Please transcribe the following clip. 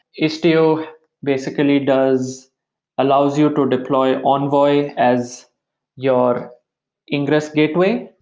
istio basically does allows you to deploy envoy as your ingress gateway,